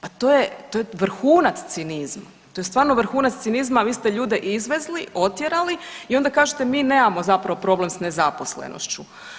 Pa to je vrhunac cinizma, to je stvarno vrhunac cinizma, a vi ste ljude izvezli, otjerali i onda kažete mi nemamo zapravo problem s nezaposlenošću.